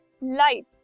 light